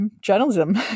journalism